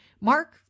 Mark